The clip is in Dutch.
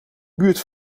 buurt